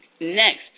Next